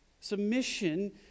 Submission